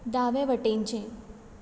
दावे वटेनचें